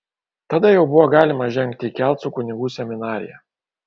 tada jau buvo galima žengti į kelcų kunigų seminariją